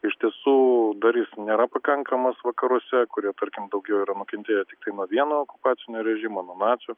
iš tiesų dar jis nėra pakankamas vakaruose kurie tarkim daugiau yra nukentėję nuo vieno okupacinio režimo nuo nacių